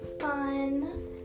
fun